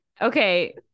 Okay